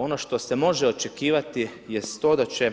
Ono što se može očekivati jest to da će